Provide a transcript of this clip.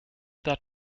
that